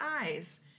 eyes